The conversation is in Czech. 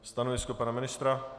Stanovisko pana ministra?